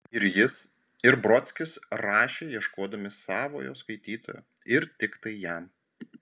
ir jis ir brodskis rašė ieškodami savojo skaitytojo ir tiktai jam